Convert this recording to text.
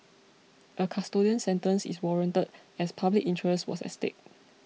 a custodial sentence is warranted as public interest was at stake